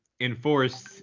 enforced